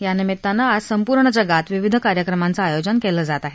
या निमित्तानं आज संपूर्ण जगात विविध कार्यक्रमाचं आयोजन केलं जात आहे